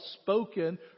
spoken